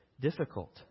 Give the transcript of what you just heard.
difficult